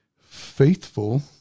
faithful